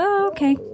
Okay